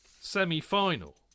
semi-final